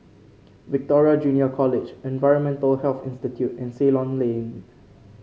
Victoria Junior College Environmental Health Institute and Ceylon Lane